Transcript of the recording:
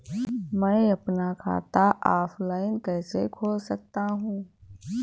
मैं अपना खाता ऑफलाइन कैसे खोल सकता हूँ?